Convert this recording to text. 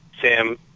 Sam